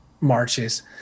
marches